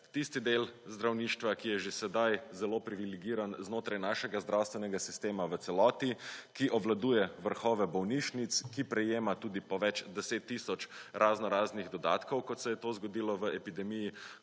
tisti del zdravništva, ki je že sedaj zelo privilegiran znotraj našega zdravstvenega sistema v celoti, ki obvladuje vrhove bolnišnic, ki prejema tudi po več deset tisoč raznoraznih dodatkov, kot se je to zgodilo v epidemiji